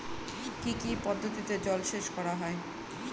কি কি পদ্ধতিতে জলসেচ করা হয়?